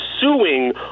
suing